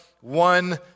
one